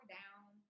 down